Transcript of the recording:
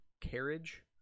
carriage